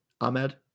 Ahmed